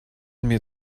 mir